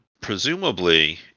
Presumably